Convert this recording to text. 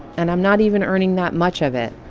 and i'm not even earning that much of it.